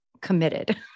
committed